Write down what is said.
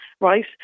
right